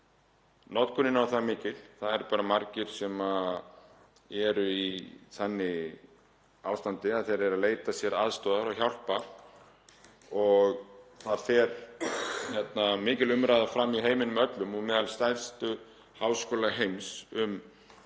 er orðin það mikil og það eru margir sem eru í þannig ástandi að þeir eru að leita sér aðstoðar og hjálpar og það fer mikil umræða fram í heiminum öllum og meðal stærstu háskóla heims um